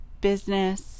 business